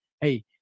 Hey